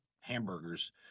hamburgers